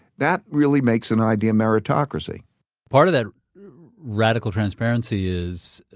that really makes an idea meritocracy part of that radical transparency is